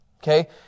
Okay